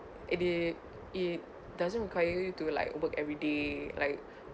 it it it doesn't require you to like work everyday like